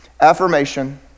affirmation